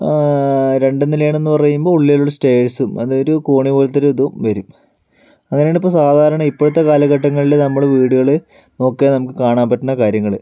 രണ്ടുനിലആണ് എന്ന് പറയുമ്പോൾ ഉള്ളിലൊരു സ്റ്റെയർസ് അതൊരു കോണി പോലത്തെ ഒരു ഇതും വരും അങ്ങനെയാണ് ഇപ്പോൾ സാധാരണ ഇപ്പോഴത്തെ കാലഘട്ടങ്ങളിലെ നമ്മുടെ വീടുകളിൽ ഒക്കെ നമുക്ക് കാണാൻ പറ്റുന്ന കാര്യങ്ങൾ